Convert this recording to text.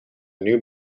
new